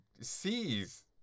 sees